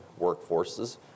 workforces